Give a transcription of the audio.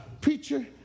preacher